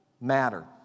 matter